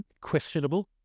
questionable